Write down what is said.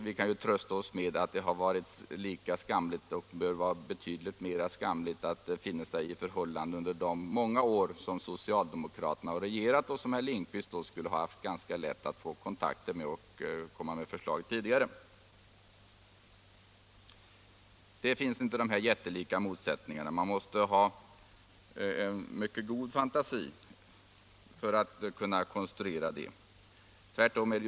Vi får trösta oss med att det är betydligt mera skamligt att dessa missförhållanden funnits under de många år socialdemokraterna regerat, då herr Lindkvist kunde haft kontakter och kommit med ändringsförslag. Nej, det finns inte sådana jättelika motsättningar mellan oss. Man måste ha mycket god fantasi för att konstruera fram någonting sådant.